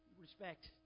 Respect